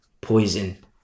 poison